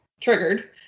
triggered